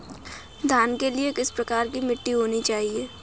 धान के लिए किस प्रकार की मिट्टी होनी चाहिए?